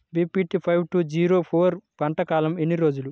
BPT five two zero four పంట కాలంలో ఎన్ని రోజులు?